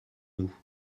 nous